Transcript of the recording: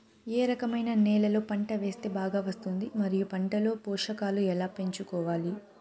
ఏ రకమైన నేలలో పంట వేస్తే బాగా వస్తుంది? మరియు పంట లో పోషకాలు ఎలా పెంచుకోవాలి?